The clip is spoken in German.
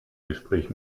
gespräch